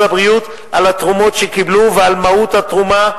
הבריאות על התרומות שקיבלו ועל מהות התרומות.